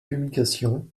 publications